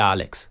Alex